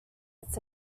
its